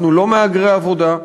אנחנו לא מהגרי עבודה,